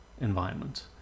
environment